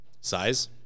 Size